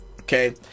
Okay